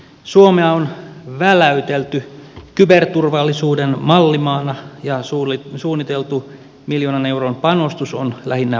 suomea on väläytelty kyberturvallisuuden mallimaana ja suunniteltu miljoonan euron panostus on lähinnä muodollinen